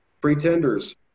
Pretenders